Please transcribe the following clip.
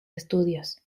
estudios